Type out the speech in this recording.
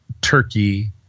Turkey